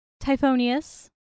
Typhonius